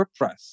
WordPress